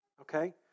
okay